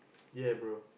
ya bro